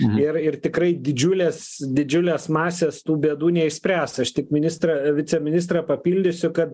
ir ir tikrai didžiulės didžiulės masės tų bėdų neišspręs aš tik ministrą viceministrą papildysiu kad